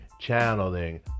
channeling